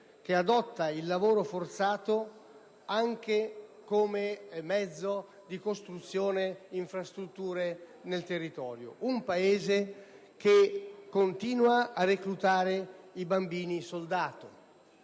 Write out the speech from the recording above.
che adotta il lavoro forzato anche come mezzo di costruzione di infrastrutture nel territorio; un Paese che continua a reclutare i bambini soldato.